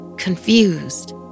confused